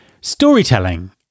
Storytelling